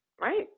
Right